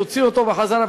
הוציאו אותו בחזרה,